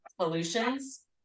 solutions